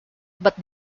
but